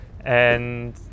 And-